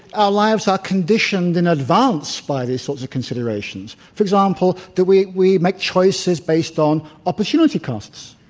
our lives are conditioned in advance by these sorts of considerations. for example, do we we make choices based on opportunity costs?